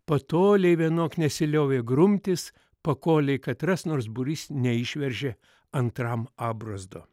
patolei vienok nesiliovė grumtis pakolei katras nors būrys neišveržė antram abrozdo